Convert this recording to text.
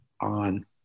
on